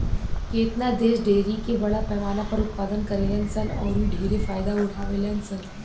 केतना देश डेयरी के बड़ पैमाना पर उत्पादन करेलन सन औरि ढेरे फायदा उठावेलन सन